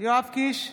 יואב קיש,